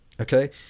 okay